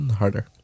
harder